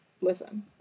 listen